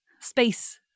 Space